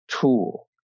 tool